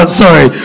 sorry